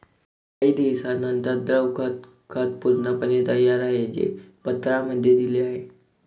काही दिवसांनंतर, द्रव खत खत पूर्णपणे तयार आहे, जे पत्रांमध्ये दिले आहे